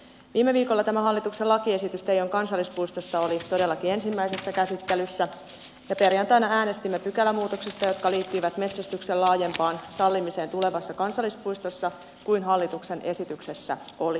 viime viikolla tämä hallituksen lakiesitys teijon kansallispuistosta oli todellakin ensimmäisessä käsittelyssä ja perjantaina äänestimme pykälämuutoksista jotka liittyivät metsästyksen laajempaan sallimiseen tulevassa kansallispuistossa kuin hallituksen esityksessä oli